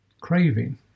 craving